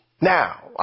Now